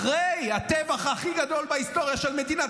אחרי הטבח הכי גדול בהיסטוריה של מדינת